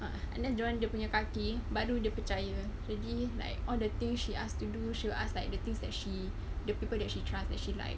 unless dia orang dia punya kaki baru dia percaya jadi like all the thing she asked to do she'll ask like the things that she the people that she trusts that she like